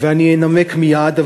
ואני אנמק מייד.